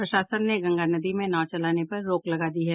प्रशासन ने गंगा नदी में नाव चलाने पर रोक लगा दी है